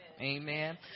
Amen